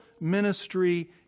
ministry